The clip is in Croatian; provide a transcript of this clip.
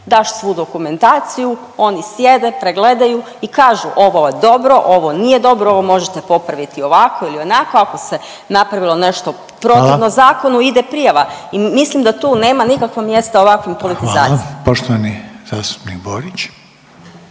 Daš svu dokumentaciji, oni sjede, pregledaju i kažu ovo je dobro, ovo nije dobro, ovo možete popraviti ovako ili onako, ako se napravilo nešto protivno …/Upadica: Hvala./… zakonu ide prijava i mislim da tu nema nikakvog mjesta ovakvoj politizaciji. **Reiner, Željko (HDZ)** Hvala. Poštovani zastupnik Borić.